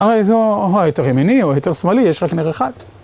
הרי זה אולי יותר ימיני או יותר שמאלי, יש רק נר אחד.